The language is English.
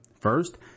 First